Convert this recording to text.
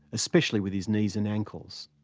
especially with his knees and ankles.